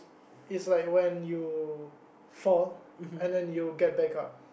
it's like when you fall and then you get back up